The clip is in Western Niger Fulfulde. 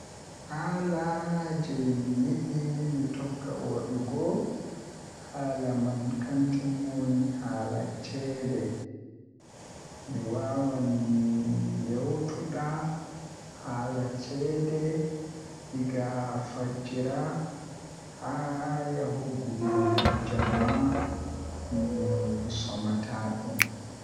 Haala jei mi yidi mi tokka wadugo haala man kanjum woni haala ceede mi waawan mi yewta haala ceede egaa fajjira haa jemma mi somata ɗum.